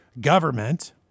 government